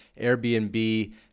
Airbnb